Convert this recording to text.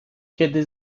kiedy